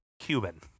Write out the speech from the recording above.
Cuban